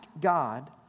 God